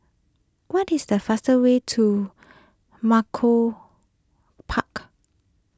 what is the fastest way to Malcolm Park